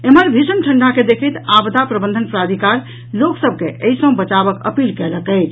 एम्हर भीषण ठंडा के देखैत आपदा प्रबंधन प्राधिकार लोकसभ के एहि सॅ बचवाक अपील कयलक अछि